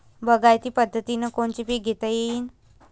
बागायती पद्धतीनं कोनचे पीक घेता येईन?